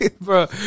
bro